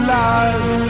life